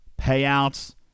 payouts